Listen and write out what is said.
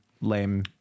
lame